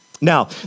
Now